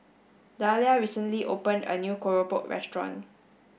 Dalia recently opened a new Keropok restaurant